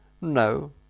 No